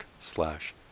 slash